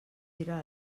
gira